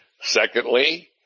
Secondly